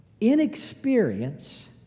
inexperience